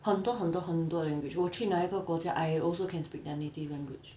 很多很多很多 language 我去哪一个国家 I also can speak their native language